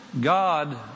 God